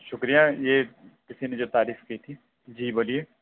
شُکریہ یہ کِسی نے جو تعریف کی تھی جی بولیے